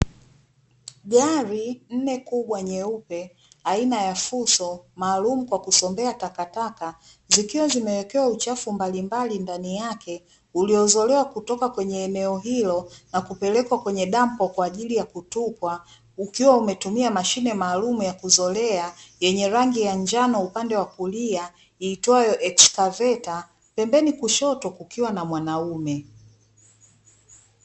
Gari nne kubwa, nyeupe, aina ya fuso maalum kwa kusombea takataka zikiwa zimewekewa uchafu mbalimbali ndani yake. Uliozolewa kutoka kwenye eneo hilo, na kupelekwa kwenye dampo kwa ajili ya kutupwa ukiwa umetumia mashine maalum ya kuzolea yenye rangi ya njano, upande wa kulia iitwayo ekskaveta pembeni kushoto kukiwa na mwanaume.